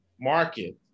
market